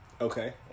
Okay